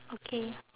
okay